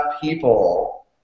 people